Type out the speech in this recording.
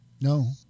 No